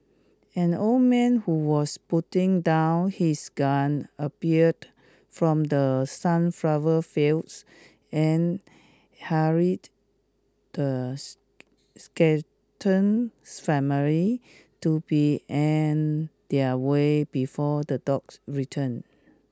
an old man who was putting down his gun appeared from the sunflower fields and hurried the family to be on their way before the dogs return